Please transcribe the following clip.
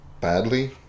badly